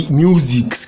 music